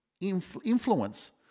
influence